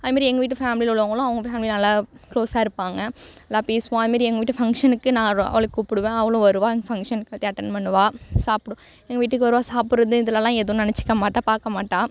அது மாரி எங்கள் வீட்டு ஃபேமிலியில உள்ளவங்களும் அவங்க வீட்டு ஃபேமிலியில நல்லா க்ளோஸாக இருப்பாங்க நல்லா பேசுவா அது மாரி எங்கள் வீட்டு ஃபங்க்ஷனுக்கு நான் அவளை கூப்பிடுவேன் அவளும் வருவாள் எங்கள் ஃபங்க்ஷனுக்கு வந்து அட்டன்ட் பண்ணுவாள் சாப்பிடு எங்கள் வீட்டுக்கு வருவாள் சாப்பிட்றதும் இதிலலாம் எதுவும் நினச்சிக்க மாட்டாள் பார்க்க மாட்டாள்